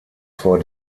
vor